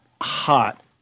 hot